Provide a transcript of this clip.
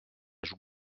joue